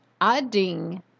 adding